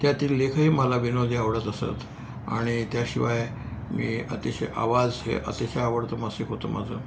त्यातील लेखही मला विनोदी आवडत असत आणि त्याशिवाय मी अतिशय आवाज हे अतिशय आवडतं मासिक होतं माझं